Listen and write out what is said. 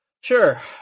Sure